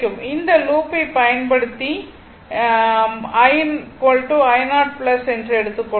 அந்த லூப் ல் பயன்படுத்தி I i0 என்று எடுத்துக் கொள்வோம்